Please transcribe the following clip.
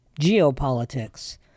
geopolitics